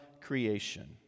creation